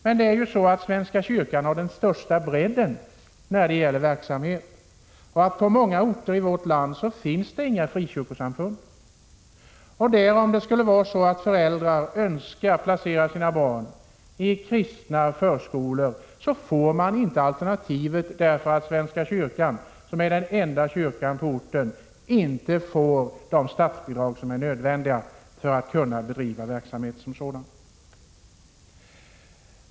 Men svenska kyrkan har den största bredden när det gäller verksamhet, och på många orter i vårt land finns det inte några frikyrkosamfund. Om föräldrar på sådana orter önskar placera sina barn i kristna förskolor har de inte detta alternativ, eftersom svenska kyrkan, som är den enda kyrkan på orten, inte får de statsbidrag som är nödvändiga för att man skall kunna bedriva sådan verksamhet.